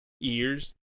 ears